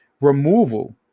removal